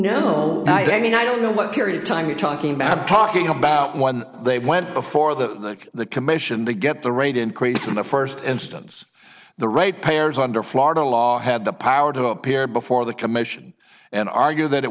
they mean i don't know what period of time you're talking about talking about when they went before the the commission to get the rate increase in the first instance the rate payers under florida law had the power to appear before the commission and argue that it